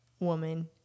woman